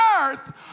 earth